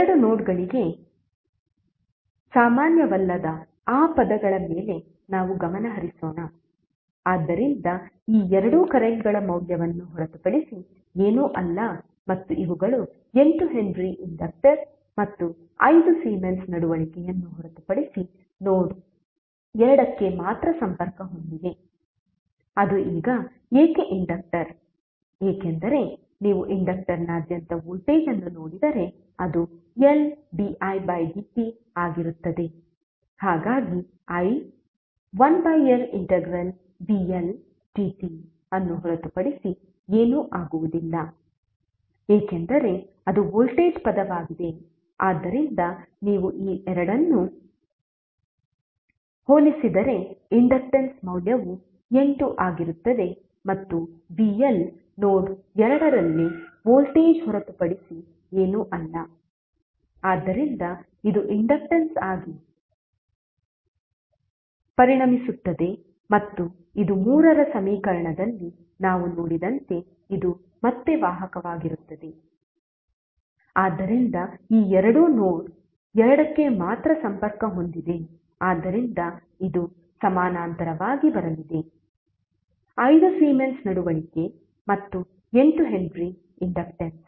ಎರಡೂ ನೋಡ್ಗಳಿಗೆ ಸಾಮಾನ್ಯವಲ್ಲದ ಆ ಪದಗಳ ಮೇಲೆ ನಾವು ಗಮನ ಹರಿಸೋಣ ಆದ್ದರಿಂದ ಈ ಎರಡು ಕರೆಂಟ್ಗಳ ಮೌಲ್ಯವನ್ನು ಹೊರತುಪಡಿಸಿ ಏನೂ ಅಲ್ಲ ಮತ್ತು ಇವುಗಳು 8 ಹೆನ್ರಿ ಇಂಡಕ್ಟರ್ ಮತ್ತು 5 ಸೀಮೆನ್ಸ್ ನಡವಳಿಕೆಯನ್ನು ಹೊರತುಪಡಿಸಿ ನೋಡ್ 2 ಗೆ ಮಾತ್ರ ಸಂಪರ್ಕ ಹೊಂದಿವೆ ಅದು ಈಗ ಏಕೆ ಇಂಡಕ್ಟರ್ ಏಕೆಂದರೆ ನೀವು ಇಂಡಕ್ಟರ್ನಾದ್ಯಂತ ವೋಲ್ಟೇಜ್ ಅನ್ನು ನೋಡಿದರೆ ಅದು Ldidt ಆಗಿರುತ್ತದೆ ಹಾಗಾಗಿ i 1L integral vL dt ಅನ್ನು ಹೊರತುಪಡಿಸಿ ಏನೂ ಆಗುವುದಿಲ್ಲ ಏಕೆಂದರೆ ಇದು ವೋಲ್ಟೇಜ್ ಪದವಾಗಿದೆ ಆದ್ದರಿಂದ ನೀವು ಇವೆರಡನ್ನೂ ಹೋಲಿಸಿದರೆ ಇಂಡಕ್ಟನ್ಸ್ ಮೌಲ್ಯವು 8 ಆಗಿರುತ್ತದೆ ಮತ್ತು vL ನೋಡ್ 2 ನಲ್ಲಿ ವೋಲ್ಟೇಜ್ ಹೊರತುಪಡಿಸಿ ಏನೂ ಅಲ್ಲ ಆದ್ದರಿಂದ ಇದು ಈಗ ಇಂಡಕ್ಟನ್ಸ್ ಆಗಿ ಪರಿಣಮಿಸುತ್ತದೆ ಮತ್ತು ಇದು 3 ರ ಸಮೀಕರಣದಲ್ಲಿ ನಾವು ನೋಡಿದಂತೆ ಇದು ಮತ್ತೆ ವಾಹಕವಾಗಿರುತ್ತದೆ ಆದ್ದರಿಂದ ಈ ಎರಡು ನೋಡ್ 2 ಗೆ ಮಾತ್ರ ಸಂಪರ್ಕ ಹೊಂದಿದೆ ಆದ್ದರಿಂದ ಇದು ಸಮಾನಾಂತರವಾಗಿ ಬರಲಿದೆ 5 ಸೀಮೆನ್ಸ್ ನಡವಳಿಕೆ ಮತ್ತು 8 ಹೆನ್ರಿ ಇಂಡಕ್ಟನ್ಸ್